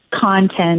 content